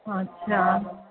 अच्छा